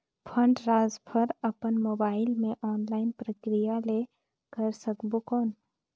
Fund transfer अपन mobile मे online प्रक्रिया ले कर सकबो कौन?